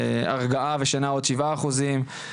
הרגעה ושינה עוד שבעה אחוזים,